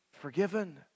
forgiven